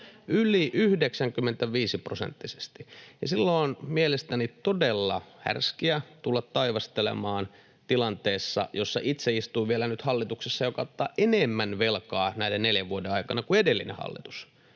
yli 95-prosenttisesti. Ja silloin on mielestäni todella härskiä tulla taivastelemaan tilanteessa, jossa itse vielä istuu nyt hallituksessa, joka ottaa enemmän velkaa näiden neljän vuoden aikana kuin edellinen hallitus,